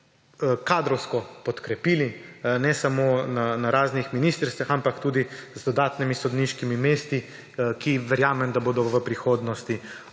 kadrovsko podkrepili ne samo na raznih ministrstvih, ampak tudi z dodatnimi sodniškimi mesti, ki verjamem, da bodo v prihodnosti